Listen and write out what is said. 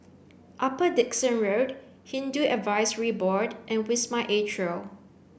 Upper Dickson Road Hindu Advisory Board and Wisma Atria